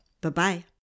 Bye-bye